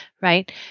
Right